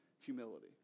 humility